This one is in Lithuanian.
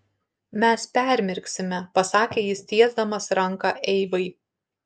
mes permirksime pasakė jis tiesdamas ranką eivai